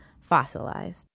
fossilized